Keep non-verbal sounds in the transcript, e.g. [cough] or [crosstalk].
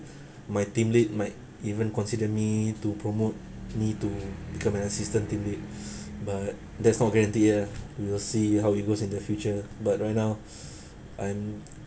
my team lead might even consider me to promote me to become an assistant team mate but there's no guarantee lah we will see how it goes in the future but right now [breath] I'm